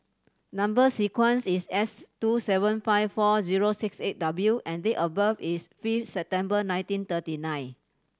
number sequence is S two seven five four zero six eight W and date of birth is fifth September nineteen thirty nine